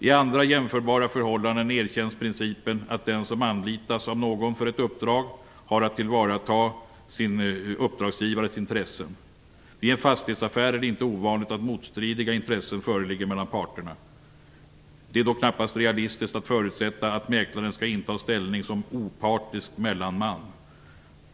I andra jämförbara förhållanden erkänns principen att den som anlitas av någon för ett uppdrag har att tillvarata sin uppdragsgivares intressen. Vid en fastighetsaffär är det inte ovanligt att motstridiga intressen föreligger mellan parterna. Det är då knappast realistiskt att förutsätta att mäklaren skall inta en ställning som opartisk mellanman.